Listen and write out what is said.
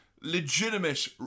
Legitimate